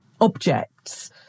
objects